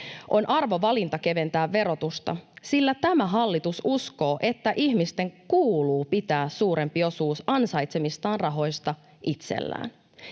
On arvovalinta keventää verotusta, sillä tämä hallitus uskoo, että ihmisten kuuluu pitää suurempi osuus ansaitsemistaan rahoista itsellään.